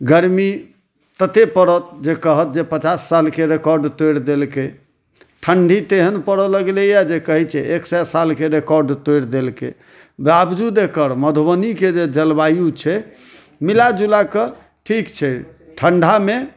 गरमी तते पड़त जे कहब जे पचास सालके रेकॉर्ड तोड़ि देलकै ठण्डी तेहन पड़ै लगलैए जे कहै छै एक सए सालके रेकॉर्ड तोड़ि देलकै बाबजूद एकर मधुबनीके जे जलवायु छै मिला जुलाके ठीक छै ठण्डामे